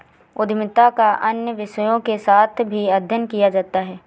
उद्यमिता का अन्य विषयों के साथ भी अध्ययन किया जाता है